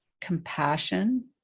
compassion